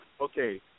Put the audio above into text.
Okay